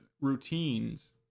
routines